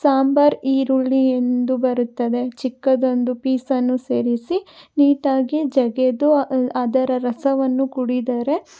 ಸಾಂಬಾರು ಈರುಳ್ಳಿ ಎಂದು ಬರುತ್ತದೆ ಚಿಕ್ಕದೊಂದು ಪೀಸ್ ಅನ್ನು ಸೇರಿಸಿ ನೀಟ್ ಆಗಿ ಜಗಿದು ಅ ಅ ಅದರ ರಸವನ್ನು ಕುಡಿದರೆ